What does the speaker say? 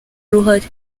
uruhare